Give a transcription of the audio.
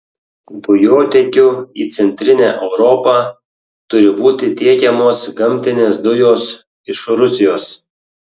dujotiekiu į centrinę europą turi būti tiekiamos gamtinės dujos iš rusijos